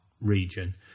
region